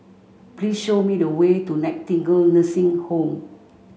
please show me the way to Nightingale Nursing Home